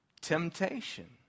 temptation